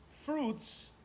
Fruits